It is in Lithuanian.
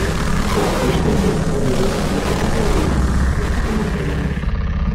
tad užtempiau uodegą ant metalinio rėmo pritvirtinamo prie liemens